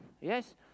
yes